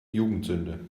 jugendsünde